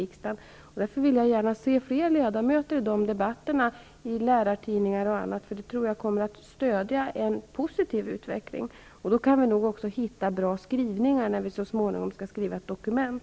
Därför ser jag gärna att fler ledamöter deltar i debatter i lärartidningen och annorstädes. Det tror jag kunde bidra till en posi tiv utveckling. Då kan vi också hitta bra skriv ningar när vi så småningom skall skriva ett doku ment.